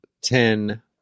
ten